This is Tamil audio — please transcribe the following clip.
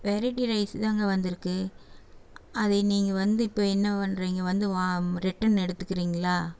வெரைட்டி ரைஸ் தாங்க வந்திருக்கு அதை நீங்கள் வந்து இப்போ என்ன பண்றீங்க வந்து வா ரிட்டன் எடுத்துக்கிறீங்களா